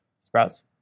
Sprouts